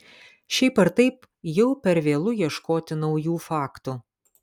šiaip ar taip jau per vėlu ieškoti naujų faktų